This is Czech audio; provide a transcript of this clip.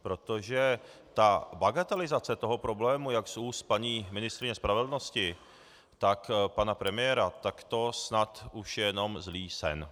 Protože bagatelizace toho problému jak z úst paní ministryně spravedlnosti, tak pana premiéra, tak to snad už je jenom zlý sen.